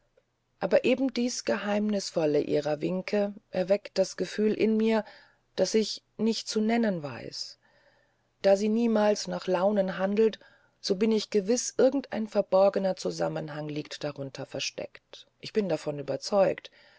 aber eben dies geheimnißvolle ihrer winke erweckt das gefühl in mir das ich nicht zu nennen weiß da sie niemals nach launen handelt so bin ich gewiß irgend ein verborgener zusammenhang liegt darunter versteckt ich bin davon überzeugt